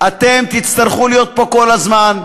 אתם תצטרכו להיות פה כל הזמן.